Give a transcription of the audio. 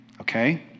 okay